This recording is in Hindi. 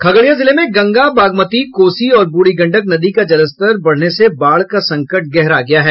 खगड़िया जिले में गंगा बागमती कोसी और बूढ़ी गंडक नदी का जलस्तर बढ़ने से बाढ़ का संकट गहरा गया है